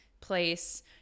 place